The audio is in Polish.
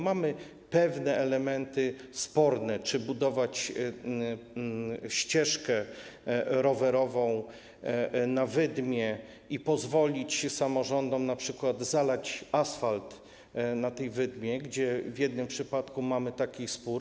Mamy pewne elementy sporne, czy budować ścieżkę rowerową na wydmie i pozwolić samorządom np. wylać asfalt na tej wydmie, gdzie w jednym przypadku mamy taki spór.